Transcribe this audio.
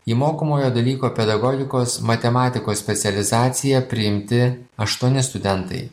į mokomojo dalyko pedagogikos matematikos specializaciją priimti aštuoni studentai